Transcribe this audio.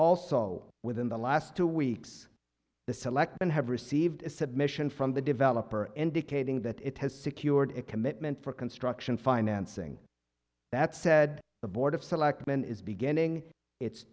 also within the last two weeks the selectmen have received a submission from the developer indicating that it has secured a commitment for construction financing that said the board of selectmen is beginning it